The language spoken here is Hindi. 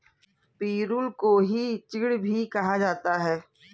पिरुल को ही चीड़ भी कहा जाता है